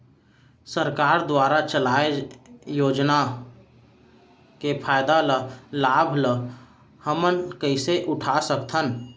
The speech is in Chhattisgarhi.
सरकार दुवारा चलाये योजना के फायदा ल लाभ ल हमन कइसे उठा सकथन?